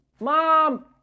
Mom